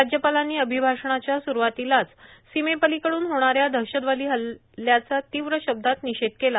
राज्यपालांनी अभिभाषणाच्या सुरुवातीलाच सीमेपलिकडून होणाऱ्या दहशतवादी हल्ल्याचा तीव्र शब्दात निषेध केला